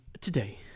today